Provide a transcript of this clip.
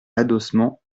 l’adossement